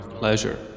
pleasure